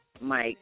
Mike